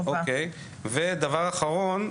דבר אחרון,